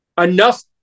enough